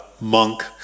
monk